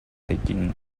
taking